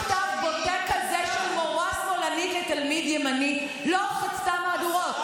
למה מכתב בוטה כזה של מורה שמאלנית לתלמיד ימני לא חצה מהדורות?